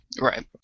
Right